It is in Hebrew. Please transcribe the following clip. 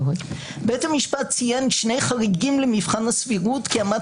בית המשפט ציין שני חריגים למבחן הסבירות כאמת